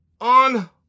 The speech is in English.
on